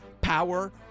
power